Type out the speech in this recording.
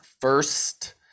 first